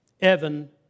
Evan